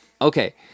Okay